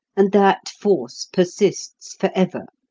and that force persists forever.